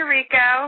Rico